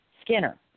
Skinner